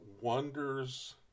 wonders